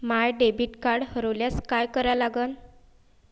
माय debit card हरोल्यास काय करा लागन?